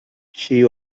she